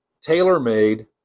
tailor-made